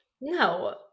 No